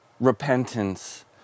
Repentance